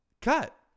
cut